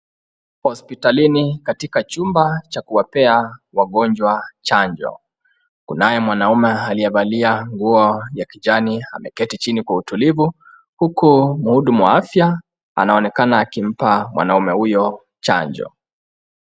Hospitalini katika chumba cha kuwapea wagonjwa chanjo. Kunaye mwanaume aliyevalia nguo ya kijani ameketi chini kwa utulivu, huku mhudumu wa afya anaonekana akimpa mwanaume huyo chanjo.